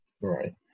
Right